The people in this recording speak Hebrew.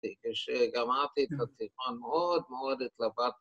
‫כשהגמרתי את השיחה ‫מאוד מאוד התלבטתי.